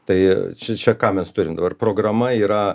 tai šičia ką mes turim dabar programa yra